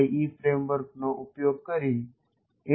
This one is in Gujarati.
ઈ ફ્રેમવર્કનો ઉપયોગ કરી એન